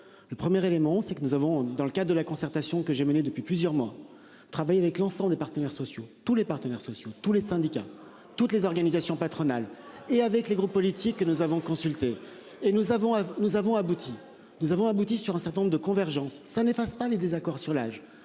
Le premier élément c'est que nous avons dans le cadre de la concertation, que j'ai menée depuis plusieurs mois travailler avec l'ensemble des partenaires sociaux, tous les partenaires sociaux, tous les syndicats, toutes les organisations patronales et avec les groupes politiques que nous avons consulté et nous avons nous avons abouti nous avons abouti sur un certain nombre de convergence ça n'efface pas les désaccords sur l'âge